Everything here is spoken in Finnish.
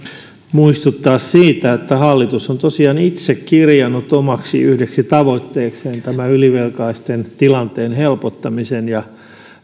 muistuttaa siitä että hallitus on tosiaan itse kirjannut yhdeksi omaksi tavoitteekseen tämän ylivelkaisten tilanteen helpottamisen ja